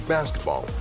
Basketball